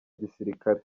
gisirikare